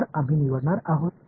तर आम्ही निवडणार आहोत